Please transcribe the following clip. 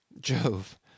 Jove